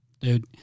Dude